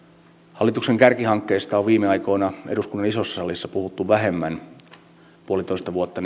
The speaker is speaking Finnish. hallituksen kärkihankkeista on viime aikoina eduskunnan isossa salissa puhuttu vähemmän puolitoista vuotta